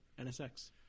NSX